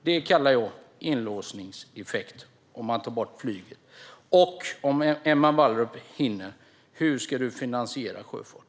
Det kallar jag inlåsningseffekt om man tar bort flyget. Om Emma Wallrup hinner svara: Hur ska ni finansiera sjöfarten?